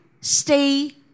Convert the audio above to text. stay